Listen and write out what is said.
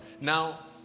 now